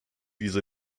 diese